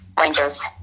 Rangers